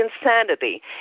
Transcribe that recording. insanity